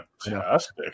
fantastic